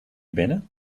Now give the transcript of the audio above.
binnen